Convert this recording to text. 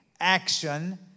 action